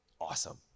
Awesome